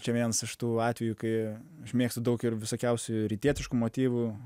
čia vienas iš tų atvejų kai mėgstu daug ir visokiausių rytietiškų motyvų